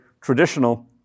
traditional